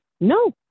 No